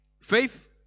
Faith